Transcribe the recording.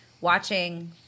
watching